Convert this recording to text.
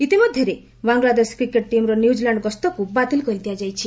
ଇତିମଧ୍ୟରେ ବାଙ୍ଗଲାଦେଶ କ୍ରିକେଟ ଟିମ୍ର ନ୍ୟୁଜିଲାଣ୍ଡ ଗସ୍ତକୁ ବାତିଲ କରିଦିଆଯାଇଛି